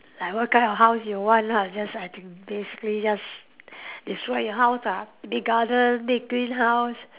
like what kind of house you want lah just I think basically just describe your house ah big garden big green house